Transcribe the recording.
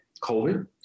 COVID